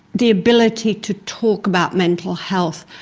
the ability to talk about mental health.